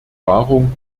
wahrung